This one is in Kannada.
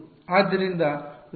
ಆದ್ದರಿಂದ ಅದು k2 ಒಳಗೆ ಹೀರಲ್ಪಡುತ್ತದೆ